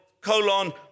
Colon